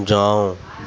جاؤ